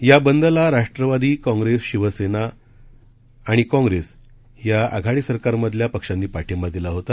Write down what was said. या बंदला राष्ट्रवादी काँप्रेस शिवसेना आणि काँप्रेस या आघाडी सरकारमधल्या पक्षांनी पाठींबा दिला होता